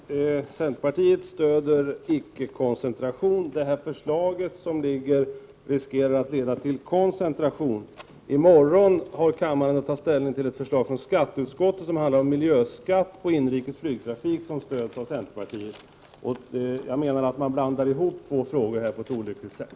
Fru talman! Centerpartiet stödjer icke-koncentration. Det nuvarande förslaget riskerar att leda till koncentration. I morgon har kammaren att ta ställning till ett förslag från skatteutskottet — som centerpartiet stödjer — som handlar om miljöskatt på inrikes flygtrafik. Jag menar att man här blandar ihop två frågor på ett olyckligt sätt.